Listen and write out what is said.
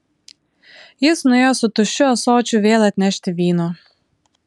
jis nuėjo su tuščiu ąsočiu vėl atnešti vyno